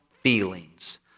feelings